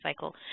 cycle